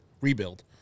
rebuild